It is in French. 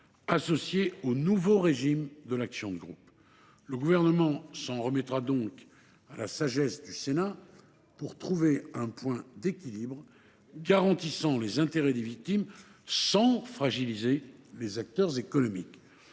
inhérent au nouveau régime de l’action de groupe. Le Gouvernement s’en remettra donc à la sagesse du Sénat… Proverbiale !… pour ce qui est de trouver un point d’équilibre garantissant les intérêts des victimes sans fragiliser les acteurs économiques.